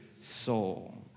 soul